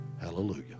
Hallelujah